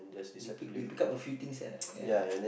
you pick you pick up a few things ah ya